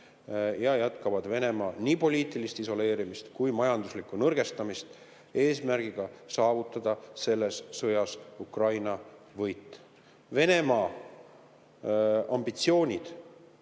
ja jätkavad Venemaa nii poliitilist isoleerimist kui ka majanduslikku nõrgestamist eesmärgiga saavutada selles sõjas Ukraina võit. Venemaa ambitsioonid